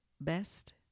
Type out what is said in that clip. best